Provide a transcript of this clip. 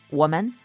woman